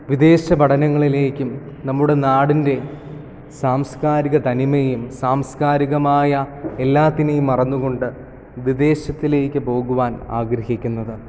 വിദേശ പഠനങ്ങളിലേക്കും നമ്മുടെ നാടിൻ്റെ സാംസ്കാരിക തനിമയും സാംസ്കാരികമായ എല്ലാത്തിനെയും മറന്നുകൊണ്ട് വിദേശത്തിലേക്ക് പോകുവാൻ ആഗ്രഹിക്കുന്നത്